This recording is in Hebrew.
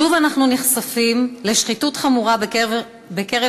שוב אנחנו נחשפים לשחיתות חמורה בקרב